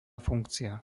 funkcia